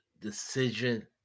decision